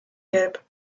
gelb